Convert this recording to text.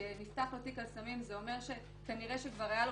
שנפתח לו תיק על סמים זה אומר שכנראה כבר היו לו